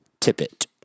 tippet